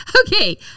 Okay